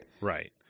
Right